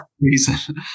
reason